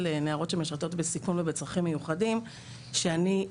נערות שמשרתות בסיכון ובצרכים מיוחדים שאני,